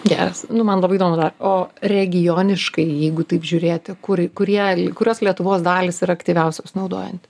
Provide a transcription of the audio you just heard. geras nu man labai įdomu dar o regioniškai jeigu taip žiūrėti kur kurie kuriuos lietuvos dalys yra aktyviausios naudojant